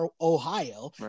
Ohio